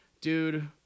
Dude